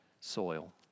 soil